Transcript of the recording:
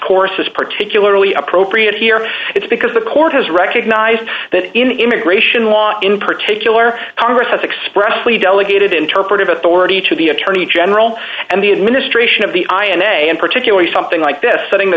course is particularly appropriate here it's because the court has recognized that in immigration law in particular congress has expressly delegated interpretive authority to the attorney general and the administration of the i and a and particularly something like this setting the